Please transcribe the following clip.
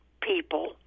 people